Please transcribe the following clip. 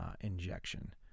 injection